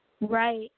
Right